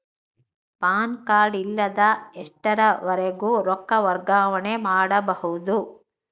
PAN card ಇಲ್ಲದ ಎಷ್ಟರವರೆಗೂ ರೊಕ್ಕ ವರ್ಗಾವಣೆ ಮಾಡಬಹುದು?